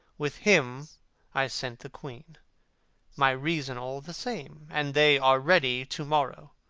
with him i sent the queen my reason all the same and they are ready to-morrow,